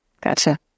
Gotcha